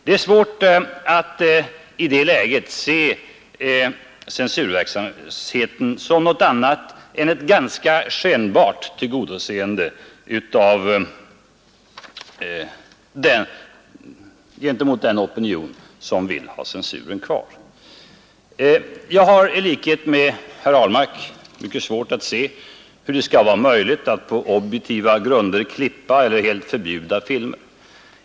Det är svårt att i detta läge se censurverksamheten som något annat än ett ganska skenbart 45 tillmötesgående av den opinion som vill ha censuren kvar. Jag har i likhet med herr Ahlmark mycket svårt att se hur det skall vara möjligt att på objektiva grunder klippa eller helt förbjuda filmer.